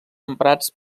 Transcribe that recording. emprats